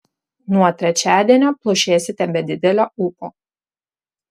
nuo trečiadienio plušėsite be didelio ūpo